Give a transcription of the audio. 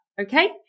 okay